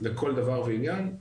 לכל דבר ועניין,